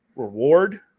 Reward